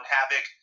Havoc